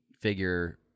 figure